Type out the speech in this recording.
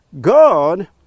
God